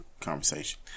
conversation